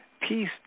peace